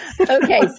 Okay